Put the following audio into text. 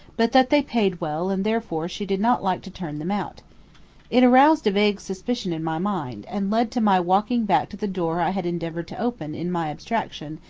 but that they paid well and therefore she did not like to turn them out it aroused a vague suspicion in my mind, and led to my walking back to the door i had endeavored to open in my abstraction,